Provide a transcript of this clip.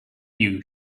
you